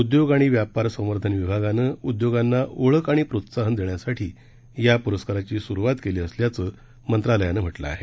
उद्योग आणि व्यापार संवर्धन विभागानं उद्योगांना ओळख आणि प्रोत्साहन देण्यासाठी या पुरस्काराची सुरूवात केली असल्याचं मंत्रालयानं म्हटलं आहे